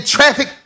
Traffic